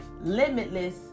limitless